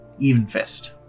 Evenfist